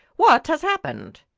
what has happened?